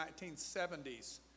1970s